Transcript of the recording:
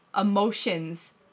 emotions